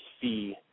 fee